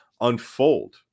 unfold